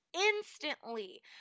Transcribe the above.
instantly